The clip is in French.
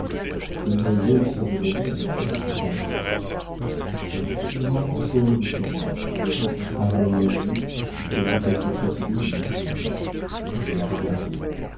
mademoiselle sort de bonne heure à ce qu'il paraît je suis rarement hors de chez moi mais quand on travaille la nuit il faut bien quelquefois se baigner je la regardai